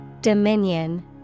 Dominion